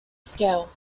scale